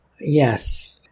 Yes